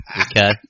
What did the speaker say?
Okay